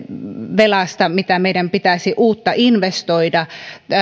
velasta mitä meidän pitäisi uutta investoida